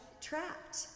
trapped